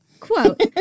Quote